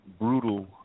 brutal